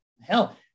Hell